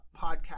podcast